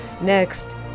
Next